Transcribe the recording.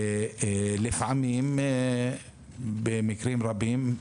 לפעמים, במקרים רבים,